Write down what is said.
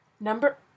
Number